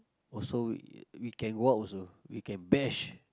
also we we can go out also we can bash